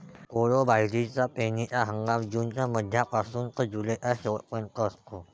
कोडो बाजरीचा पेरणीचा हंगाम जूनच्या मध्यापासून ते जुलैच्या शेवट पर्यंत असतो